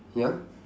ya